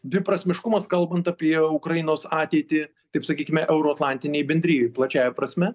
dviprasmiškumas kalbant apie ukrainos ateitį taip sakykime euroatlantinėj bendrijoj plačiąja prasme